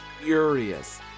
furious